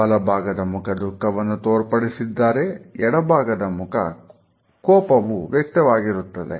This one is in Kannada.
ಬಲಭಾಗದ ಮುಖ ದುಃಖವನ್ನು ತೋರ್ಪಡಿಸಿದ್ದಾರೆ ಎಡಭಾಗದ ಮುಖದಲ್ಲಿ ಕೋಪವು ವ್ಯಕ್ತವಾಗುತ್ತಿರುತ್ತದೆ